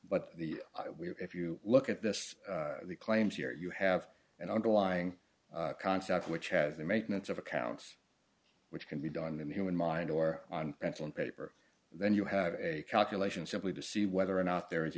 but the if you look at this the claims here you have an underlying concept which has the maintenance of accounts which can be done in the human mind or on pencil and paper then you have a calculation simply to see whether or not there is